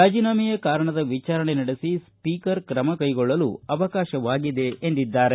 ರಾಜೀನಾಮೆಯ ಕಾರಣದ ವಿಜಾರಣೆ ನಡೆಸಿ ಸ್ಪೀಕರ್ ತ್ರಮ ಕೈಗೊಳ್ಳಲು ಅವಕಾಶವಾಗಿದೆ ಎಂದಿದ್ದಾರೆ